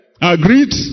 Agreed